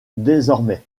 désormais